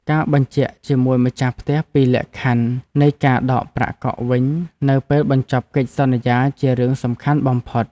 ការបញ្ជាក់ជាមួយម្ចាស់ផ្ទះពីលក្ខខណ្ឌនៃការដកប្រាក់កក់វិញនៅពេលបញ្ចប់កិច្ចសន្យាជារឿងសំខាន់បំផុត។